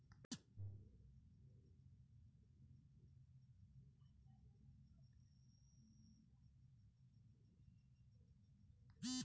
representative money বা টাকা হচ্ছে যে মূল্য সার্টিফিকেট, টকেনগুলার হয়